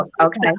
okay